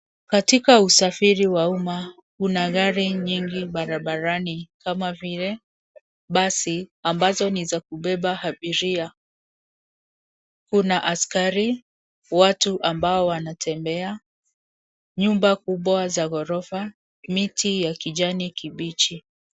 Katika usafiri wa umma kuna gari nyingi barabarani kama vile basi ambazo ni za kubeba abiria. Kuna askari, watu ambao wanatembea. Nyumba kubwa za ghorofa, miti ya kijani kibichi.